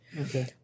Okay